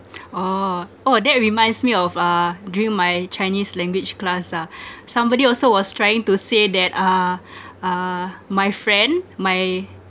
oh oh that reminds me of uh during my chinese language class ah somebody also was trying to say that uh uh my friend my